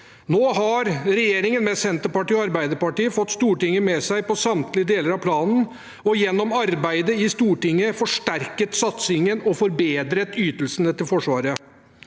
Nå har regjeringen, med Senterpartiet og Arbeiderpartiet, fått Stortinget med seg på samtlige deler av planen og gjennom arbeidet i Stortinget forsterket satsingen og forbedret ytelsene til Forsvaret.